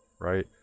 right